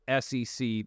SEC